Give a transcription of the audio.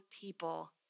people